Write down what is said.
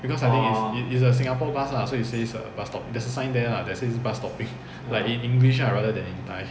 because I think it is a singapore bus lah so it says err bus stop~ there's a sign there lah that says bus stopping like in english lah rather than in thai